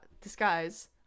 disguise